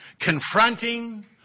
confronting